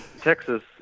Texas